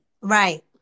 Right